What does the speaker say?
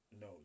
No